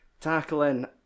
tackling